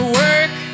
work